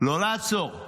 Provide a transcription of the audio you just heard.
לא לעצור.